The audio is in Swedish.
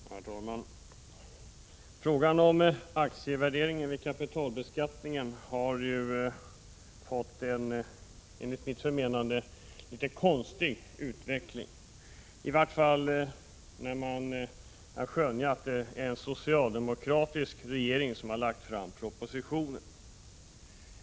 Herr talman! Frågan om aktievärdering vid kapitalbeskattning har fått en, enligt mitt förmenande, något konstig utveckling, i vart fall när man vet att det är en socialdemokratisk regering som har lagt fram propositionen.